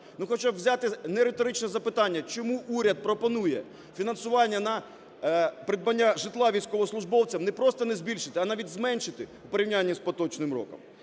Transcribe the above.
хоча б взяти нериторичне запитання: чому уряд пропонує фінансування на придбання житла військовослужбовцям не просто не збільшити, а навіть зменшити в порівнянні з поточним роком?